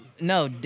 No